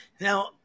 Now